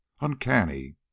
uncanny